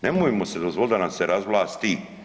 Nemojmo si dozvoliti da nas se razvlasti.